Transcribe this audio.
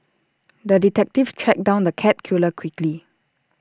the detective tracked down the cat killer quickly